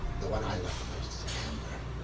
the one i love the most is amber.